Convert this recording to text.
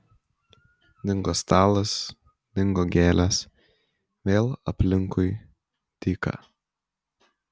dingo stalas dingo gėlės vėl aplinkui dyka